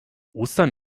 ostern